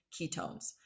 ketones